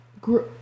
grew